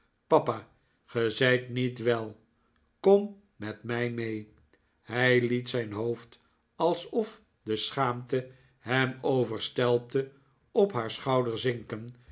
papa ge zijt niet wel kom met mij mee hij liet zijn hoofd alsof de schaamte hem overstelpte op haar schouder zinken